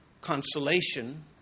consolation